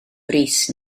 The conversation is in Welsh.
brys